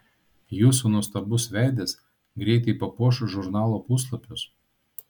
jūsų nuostabus veidas greitai papuoš žurnalo puslapius